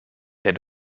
der